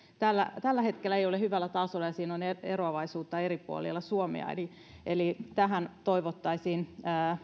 tällä hetkellä ei ole hyvällä tasolla ja siinä on eroavaisuuksia eri puolilla suomea tähän toivottaisiin